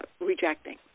rejecting